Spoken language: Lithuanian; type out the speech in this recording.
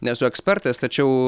nesu ekspertas tačiau